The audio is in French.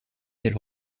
elles